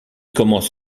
commence